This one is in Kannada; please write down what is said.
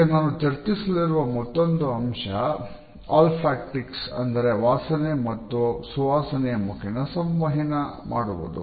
ಈಗ ನಾನು ಚರ್ಚಿಸಲಿರುವ ಮತ್ತೊಂದು ಅಂಶ ಒಳ್ಫ್ಯಾಕ್ಟಿಕ್ಸ್ ಅಂದರೆ ವಾಸನೆ ಮತ್ತು ಸುವಾಸನೆಯ ಮುಖೇನ ಸಂವಹಿಸುವುದು